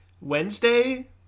Wednesday